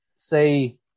Say